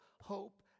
hope